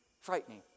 Frightening